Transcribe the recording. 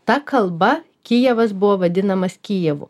ta kalba kijevas buvo vadinamas kijevu